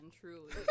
truly